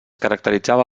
caracteritzava